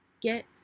get